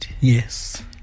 Yes